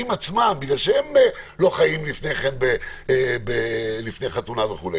לפני חתונה ביחד.